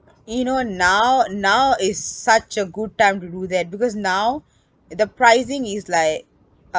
you know now now is such a good time to do that because now the pricing is like